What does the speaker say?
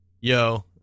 yo